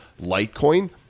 litecoin